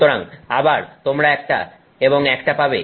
সুতরাং আবার তোমরা 1টা এবং 1টা পাবে